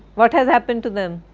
what has happened to them?